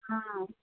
ஆ